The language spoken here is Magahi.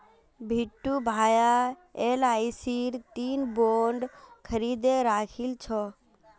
बिट्टू भाया एलआईसीर तीन बॉन्ड खरीदे राखिल छ